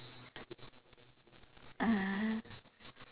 uh